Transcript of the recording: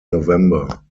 november